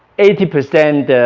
eighty percent